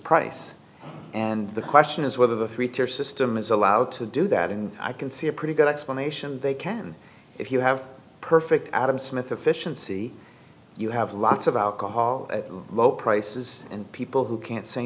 price and the question is whether the three tier system is allowed to do that and i can see a pretty good explanation they can if you have perfect adam smith efficiency you have lots of alcohol at low prices and people who can't say